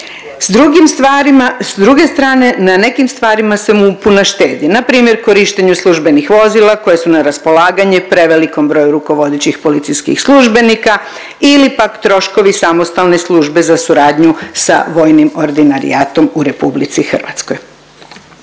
s druge strane na nekim stvarima se MUP-u ne štedi, npr. korištenju službenih vozila koje su na raspolaganje prevelikom broju rukovodećih policijskih službenika ili pak troškovi Samostalne službe za suradnju sa vojnim ordinarijatom u RH.